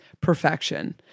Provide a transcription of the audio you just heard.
perfection